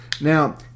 Now